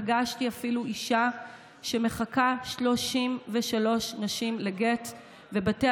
פגשתי אפילו אישה שמחכה 33 שנים לגט ובתי